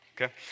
okay